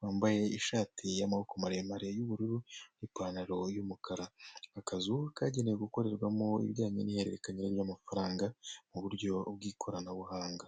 wamabaye ishati y'amaboko maremare y'ubururu n'ipantaro y'umukara, ako kazu kagenewe gukorerwamo ibiryanye n'iherererekanya ry'amafaranga m'uburyo bw'amafaranga.